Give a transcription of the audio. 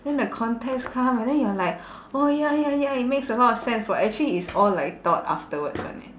then the context come and then you're like oh ya ya ya it makes a lot of sense but actually it's all like thought afterwards [one] eh